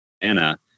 Anna